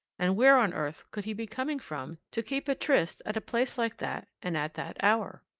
and where on earth could he be coming from to keep a tryst at a place like that, and at that hour?